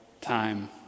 time